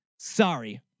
Sorry